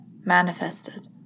manifested